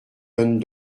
donne